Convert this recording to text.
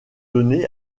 donnés